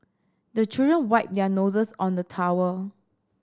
the children wipe their noses on the towel